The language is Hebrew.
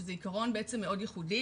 שזה עקרון מאוד ייחודי,